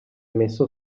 messo